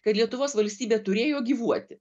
kad lietuvos valstybė turėjo gyvuoti